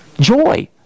joy